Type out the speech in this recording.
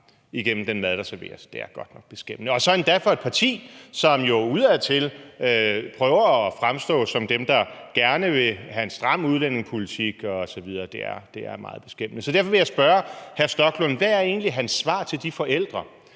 igennem den mad, der serveres. Det er godt nok beskæmmende og især for et parti, som jo udadtil prøver at fremstå som dem, der gerne vil have en stram udlændingepolitik osv. Det er meget beskæmmende. Så derfor vil jeg spørge hr. Rasmus Stoklund: Hvad er egentlig hans svar til de forældre,